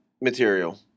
material